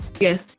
Yes